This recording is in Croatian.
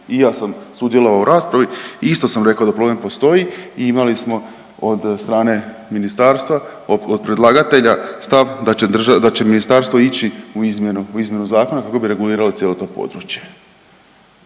i ja sam sudjelovao u raspravi, isto sam rekao da problem postoji i imali smo od strane ministarstva, od predlagatelja stav da će ministarstvo ići u izmjenu, u izmjenu zakona kako bi regulirali cijelo to područje.